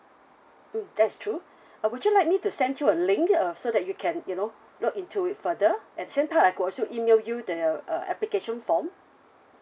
mm that's true uh would you like me to send you a link uh so that you can you know look into it further at the same time I could also email you the uh application form